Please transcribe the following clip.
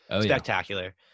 spectacular